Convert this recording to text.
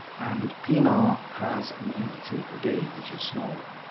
and pienaar has an infantry brigade, which is smaller.